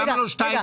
למה לא 2.5?